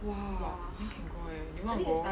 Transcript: !wah! then can go eh you want to go